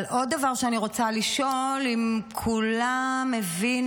אבל עוד דבר אני רוצה לשאול אם כולם הבינו